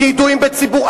כידועים בציבור.